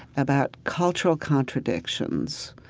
about cultural contradictions,